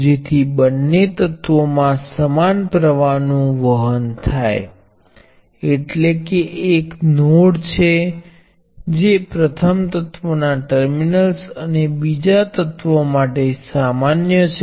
તેથી તમે તરત જ પ્રમાણસરતા ના સંબંધો પર ધ્યાન આપશો વોલ્ટેજ એ પ્રવાહ ના પ્રમાણસર છે અને પ્રમાણસરતા એ R1 R2 R3 ને સતત થાય છે